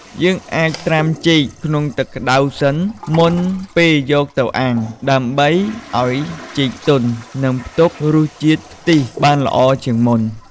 យើងអាចត្រាំចេកក្នុងទឹកខ្ទិះក្តៅសិន មុនពេលយកទៅអាំង ដើម្បីឱ្យចេកទន់ និងផ្ទុករសជាតិខ្ទិះបានល្អជាងមុន។